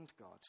God